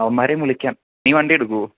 അവന്മാരെയും വിളിക്കാം നീ വണ്ടി എടുക്കുമോ